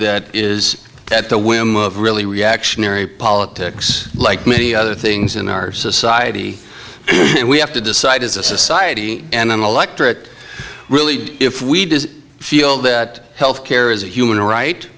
that is at the whim of really reactionary politics like many other things in our society and we have to decide as a society and an electorate really if we do feel that health care is a human right